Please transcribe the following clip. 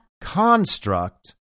construct